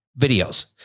videos